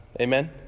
Amen